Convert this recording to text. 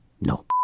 No